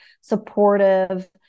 supportive